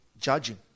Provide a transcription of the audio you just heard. judging